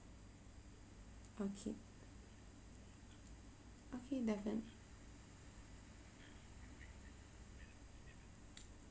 okay okay definite